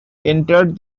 entered